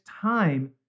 time